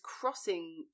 crossing